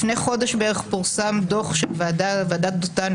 לפני חודש בערך פורסם דוח של ועדת דותן,